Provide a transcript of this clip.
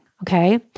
okay